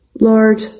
Lord